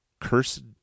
cursed